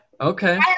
Okay